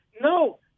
No